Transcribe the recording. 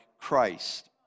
Christ